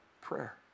prayer